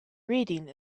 reading